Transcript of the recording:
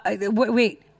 wait